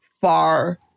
far